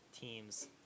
teams